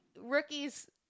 rookies